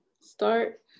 start